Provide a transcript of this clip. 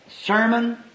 sermon